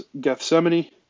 Gethsemane